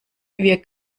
wir